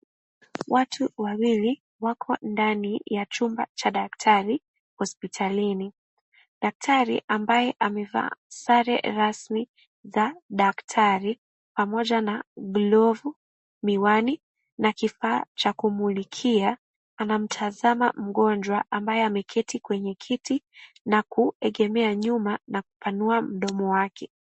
Watu wawili wako ndani ya chumba cha daktari hospitalini. Daktari ambaye amevaa sare rasmi za daktari pamoja na glovu, miwani na kifaa cha kumulikia; anamtazama mgonjwa ambaye ameketi kwenye kiti na kuegemea nyuma na kupanua mdomo wake.